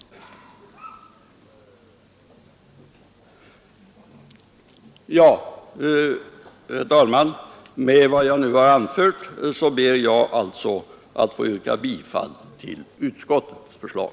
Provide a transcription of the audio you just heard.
Herr talman! Med vad jag nu har anfört ber jag att få yrka bifall till utskottets förslag.